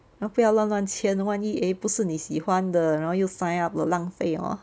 要不要乱乱签万一 eh 不是你喜欢的然后又 sign up 了浪费 hor